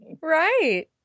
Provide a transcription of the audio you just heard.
Right